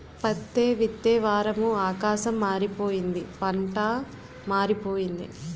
పత్తే విత్తే వారము ఆకాశం మారిపోయింది పంటా మారిపోయింది